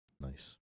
Nice